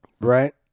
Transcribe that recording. Right